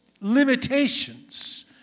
limitations